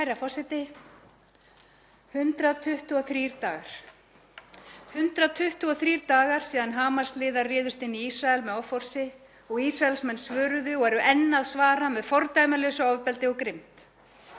Herra forseti. 123 dagar. 123 dagar síðan Hamas-liðar réðust inn Ísrael með offorsi og Ísraelsmenn svöruðu og eru enn að svara með fordæmalausu ofbeldi og grimmd.